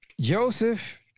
Joseph